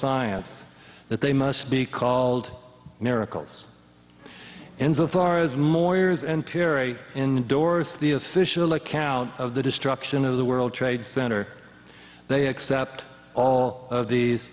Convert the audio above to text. science that they must be called miracles and so far as moyers and piri in doors the official account of the destruction of the world trade center they accept all of these